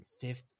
fifth